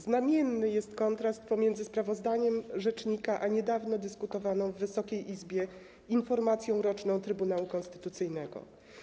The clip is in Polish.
Znamienny jest kontrast pomiędzy sprawozdaniem rzecznika a niedawno dyskutowaną w Wysokiej Izbie informacją roczną Trybunału Konstytucyjnego.